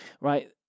right